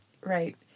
right